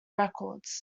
records